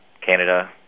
Canada